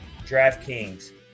DraftKings